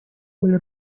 были